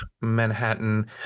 Manhattan